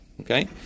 okay